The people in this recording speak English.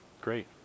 Great